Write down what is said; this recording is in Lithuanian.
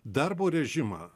darbo režimą